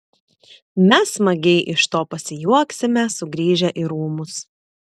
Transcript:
mes smagiai iš to pasijuoksime sugrįžę į rūmus